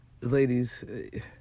ladies